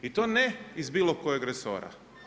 I to ne iz bilokojeg resora.